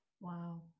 Wow